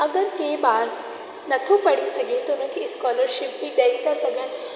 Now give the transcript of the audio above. अगरि के ॿारु नथो पढ़ी सघे त उन खे स्कॉलर्शिप बि ॾेई था सघनि